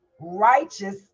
righteous